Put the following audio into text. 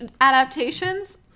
adaptations